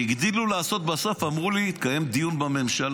והגדילו לעשות בסוף, אמרו לי: יתקיים דיון בממשלה.